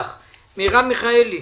מרב מיכאלי.